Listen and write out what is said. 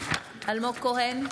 אלמוג כהן,